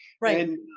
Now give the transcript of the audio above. Right